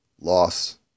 loss